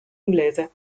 inglese